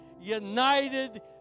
united